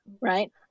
right